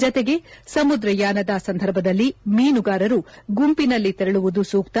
ಜತೆಗೆ ಸಮುದ್ರಯಾನದ ಸಂದರ್ಭದಲ್ಲಿ ಮೀನುಗಾರರು ಗುಂಪಿನಲ್ಲಿ ತೆರಳುವುದು ಸೂಕ್ತ